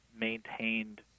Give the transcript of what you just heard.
maintained